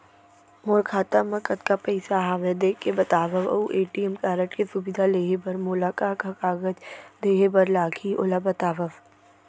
मोर खाता मा कतका पइसा हवये देख के बतावव अऊ ए.टी.एम कारड के सुविधा लेहे बर मोला का का कागज देहे बर लागही ओला बतावव?